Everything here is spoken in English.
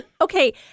Okay